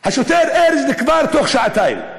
השוטר ארז נקבר תוך שעתיים.